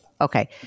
Okay